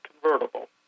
convertible